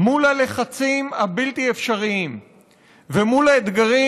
מול הלחצים הבלתי-אפשריים ומול האתגרים,